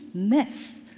mess?